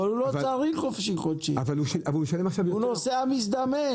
אבל הוא לא צריך חופשי-חודשי, הוא נוסע מזדמן.